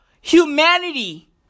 humanity